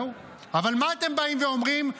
אבל מה אתם באים ואומרים?